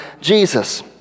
Jesus